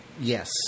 yes